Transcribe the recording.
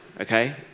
Okay